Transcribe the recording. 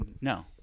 no